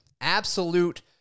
Absolute